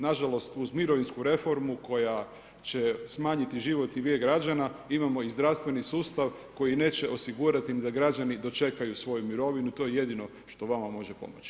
Nažalost, uz mirovinsku reformu koja će smanjiti životni vijek građana imamo i zdravstveni sustav koji neće osigurati ni da građani dočekaju svoju mirovinu, to je jedino što vama može pomoći.